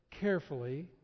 carefully